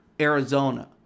Arizona